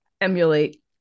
emulate